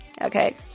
okay